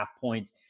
points